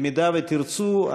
אם תרצו,